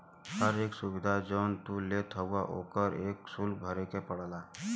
हर एक सुविधा जौन तू लेत हउवा ओकर एक सुल्क भरे के पड़ला